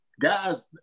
guys